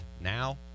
now